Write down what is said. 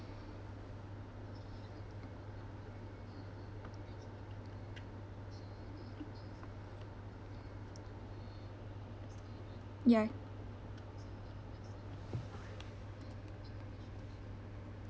ya